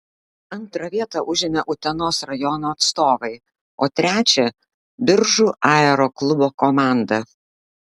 antrą vietą užėmė utenos rajono atstovai o trečią biržų aeroklubo komanda